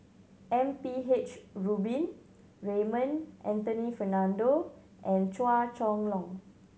M P H Rubin Raymond Anthony Fernando and Chua Chong Long